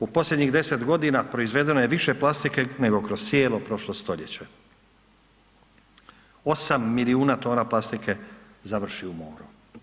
U posljednjih 10.g. proizvedeno je više plastike nego kroz cijelo prošlo stoljeće, 8 milijuna tona plastike završi u moru.